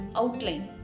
outline